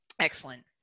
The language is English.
Excellent